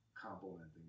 complimenting